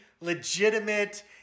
legitimate